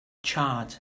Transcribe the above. charred